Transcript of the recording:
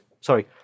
sorry